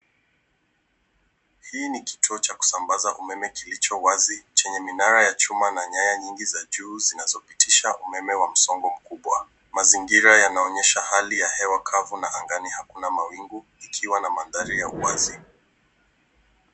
Hii ni kituo cha kusambaza umeme kilicho wazi chenye minara ya chuma na nyaya nyingi za juu zinazopitisha umeme wa msongo mkubwa. Mazingira yanaonyesha hali ya hewa kavu na angani hakuna mawingu ikiwa na mandhari ya uwazi.